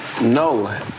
No